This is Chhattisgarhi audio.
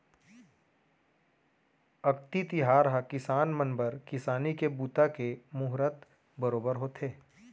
अक्ती तिहार ह किसान मन बर किसानी के बूता के मुहरत बरोबर होथे